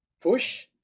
push